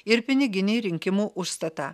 ir piniginį rinkimų užstatą